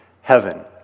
Heaven